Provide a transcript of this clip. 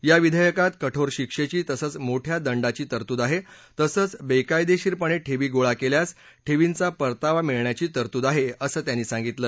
या विधेयकात कठोर शिक्षेची तसंच मोठ्या दंडाची तरतूद आहे तसंच बेकायदेशीरपणे ठेवी गोळा केल्यास ठेवींचा परतावा मिळण्याची तरतूद आहे अस त्यांनी सांगितलं